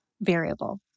variable